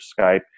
Skype